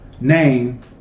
name